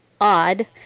odd